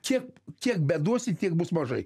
kiek kiek beduosi tiek bus mažai